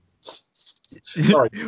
Sorry